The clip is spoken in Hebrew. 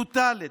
טוטאלית.